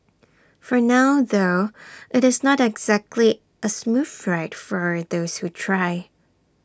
for now though IT is not exactly A smooth ride for those who try